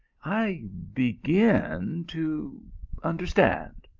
i begin to understand!